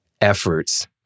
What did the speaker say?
efforts